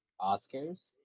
Oscars